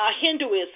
Hinduism